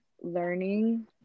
learning